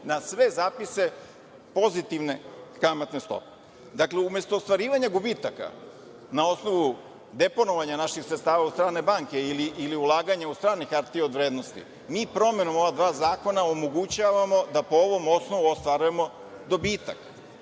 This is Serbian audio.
na sve zapise pozitivne kamatne stope. Umesto ostvarivanja gubitaka na osnovu deponovanja naših sredstava u strane banke ili ulaganje u strane hartije od vrednosti, mi promenom ova dva zakona omogućavamo da po ovom osnovu ostvarujemo dobitak.